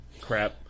crap